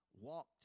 walked